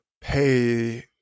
pay